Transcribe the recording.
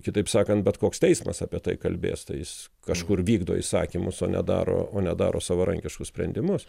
kitaip sakant bet koks teismas apie tai kalbės tai jis kažkur vykdo įsakymus o ne daro o ne daro savarankiškus sprendimus